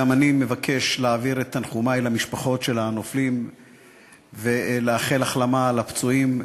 גם אני מבקש להעביר את תנחומי למשפחות של הנופלים ולאחל החלמה לפצועים.